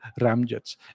ramjets